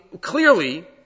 clearly